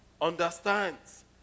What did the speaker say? understands